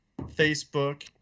facebook